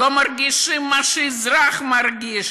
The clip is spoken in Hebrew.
לא מרגישים מה שהאזרח מרגיש.